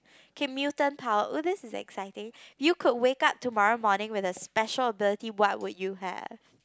K mutant power would this is exciting you could wake up tomorrow morning with a special ability what will you have